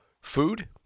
Food